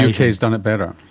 has done it better.